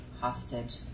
hostage